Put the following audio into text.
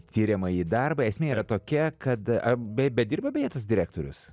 tiriamąjį darbą esmė yra tokia kad ar bedirba beje tas direktorius